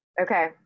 Okay